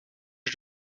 est